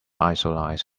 isolines